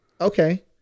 Okay